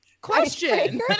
question